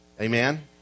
Amen